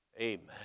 Amen